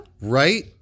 Right